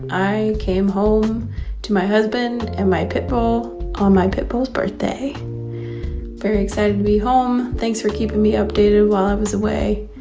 i came home to my husband and my pit bull on my pit bull's birthday. i'm very excited to be home. thanks for keeping me updated while i was away.